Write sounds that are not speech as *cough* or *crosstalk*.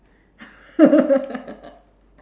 *laughs*